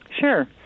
sure